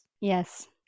Yes